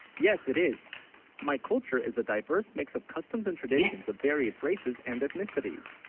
yes it is my culture is a diverse mix of customs and traditions of various races and ethnicities